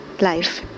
life